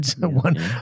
One